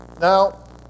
Now